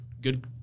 Good